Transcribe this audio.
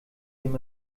dem